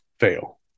fail